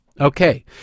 Okay